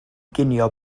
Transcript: ginio